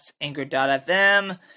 Anchor.fm